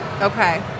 Okay